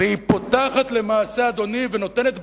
והיא פותחת, למעשה, אדוני, ונותנת בסיס,